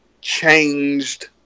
changed